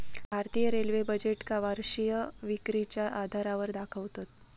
भारतीय रेल्वे बजेटका वर्षीय विक्रीच्या आधारावर दाखवतत